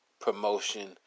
promotion